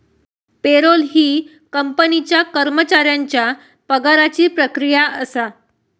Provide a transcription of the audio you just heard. payroll ही कंपनीच्या कर्मचाऱ्यांच्या पगाराची प्रक्रिया असा